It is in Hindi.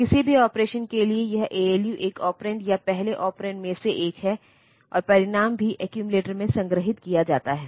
तो किसी भी ऑपरेशन के लिए यह ALU एक ऑपरेंड या पहले ऑपरेंड में से एक है और परिणाम भी एक्यूमिलेटर में संग्रहीत किया जाता है